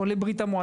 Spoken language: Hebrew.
עולי ברה"מ,